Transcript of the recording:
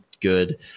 good